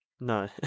No